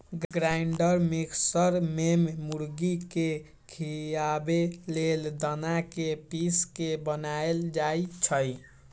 grinder mixer में मुर्गी के खियाबे लेल दना के पिस के बनाएल जाइ छइ